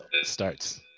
starts